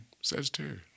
Sagittarius